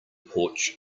porch